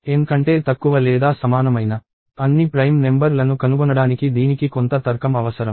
N కంటే తక్కువ లేదా సమానమైన అన్ని ప్రైమ్ నెంబర్ లను కనుగొనడానికి దీనికి కొంత తర్కం అవసరం